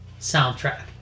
Soundtrack